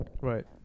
Right